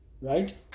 Right